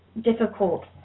difficult